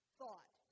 thought